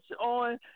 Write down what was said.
on